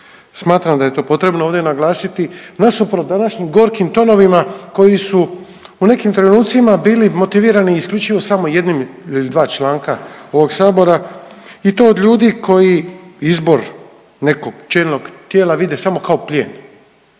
Smatram da je to potrebno ovdje naglasiti nasuprot današnjim gorkim tonovima koji su u nekim trenucima bili motivirani isključivo samo jednim ili dva članaka ovog sabora i to od ljudi koji izbor nekog čelnog tijela vide samo kao plijen,